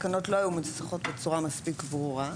התקנות לא היו מנוסחות בצורה מספיק ברורה,